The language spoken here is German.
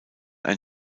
ein